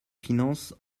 finances